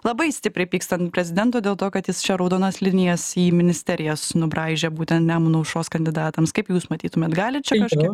labai stipriai pyksta ant prezidento dėl to kad jis čia raudonas linijas į ministerijas nubraižė būtent nemuno aušros kandidatams kaip jūs matytumėt gali čia kažkie